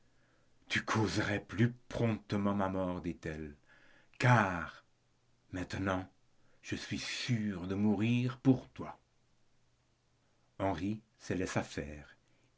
tu causerais plus promptement ma mort dit-elle car maintenant je suis sûre de mourir pour toi henri se laissa faire